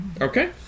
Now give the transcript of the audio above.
okay